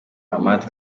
hamadi